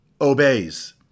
obeys